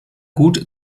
gut